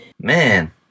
Man